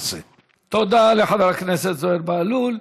תודה לחבר הכנסת זוהיר בהלול.